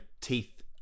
teeth